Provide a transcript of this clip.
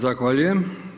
Zahvaljujem.